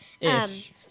ish